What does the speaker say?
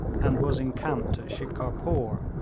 and was encamped at shikarpore,